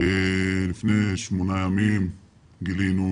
לפני שמונה ימים גילינו